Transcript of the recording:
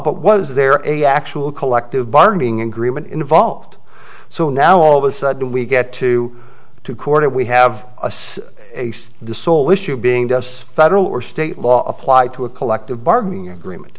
but was there any actual collective bargaining agreement involved so now all of a sudden we get to court and we have a say ace the sole issue being does federal or state law apply to a collective bargaining agreement